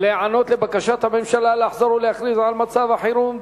להיענות לבקשת הממשלה לחזור ולהכריז על מצב חירום.